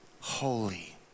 holy